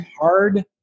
hard